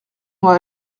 moi